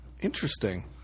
Interesting